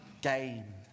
game